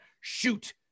shoot